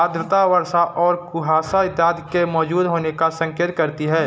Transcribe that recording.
आर्द्रता वर्षा और कुहासा इत्यादि के मौजूद होने का संकेत करती है